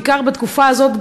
בעיקר בתקופה הזאת,